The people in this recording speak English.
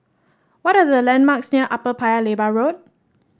what are the landmarks near Upper Paya Lebar Road